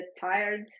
tired